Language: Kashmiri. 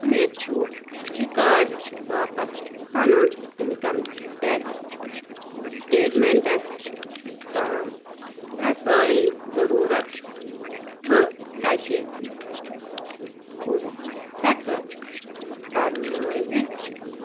مےٚ چھُ رِکارڈ باپتھ پَنُن اِنکَم ٹٮ۪کٕس سٕٹیٹمٮ۪نٛٹَس تام رَسٲیی ضٔروٗرت بہٕ کَتہِ کُن ہٮ۪کہٕ بَرنٲوِتھ